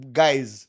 guys